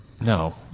No